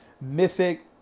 mythic